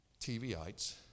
TVites